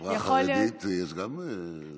בחברה החרדית יש גם נשים,